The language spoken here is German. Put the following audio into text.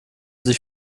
sich